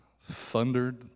thundered